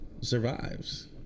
survives